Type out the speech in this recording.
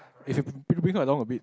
if you br~ bring her along a bit